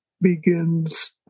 begins